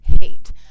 hate